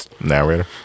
narrator